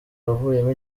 wavuyemo